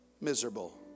miserable